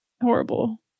horrible